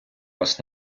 вас